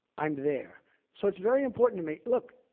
i'm there so it's very important to me. look,